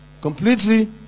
completely